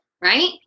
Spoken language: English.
right